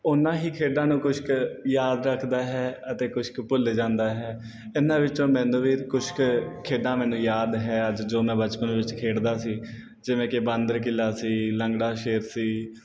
ਉਨ੍ਹਾਂ ਹੀ ਖੇਡਾਂ ਨੂੰ ਕੁਛ ਕੁ ਯਾਦ ਰੱਖਦਾ ਹੈ ਅਤੇ ਕੁਛ ਕ ਭੁੱਲ ਜਾਂਦਾ ਹੈ ਇਨ੍ਹਾਂ ਵਿਚੋਂ ਮੈਨੂੰ ਵੀ ਕੁਛ ਕੁ ਖੇਡਾਂ ਮੈਨੂੰ ਯਾਦ ਹੈ ਅੱਜ ਜੋ ਮੈਂ ਬਚਪਨ ਵਿੱਚ ਖੇਡਦਾ ਸੀ ਜਿਵੇਂ ਕਿ ਬਾਂਦਰ ਕੀਲਾ ਸੀ ਲੰਗੜਾ ਸ਼ੇਰ ਸੀ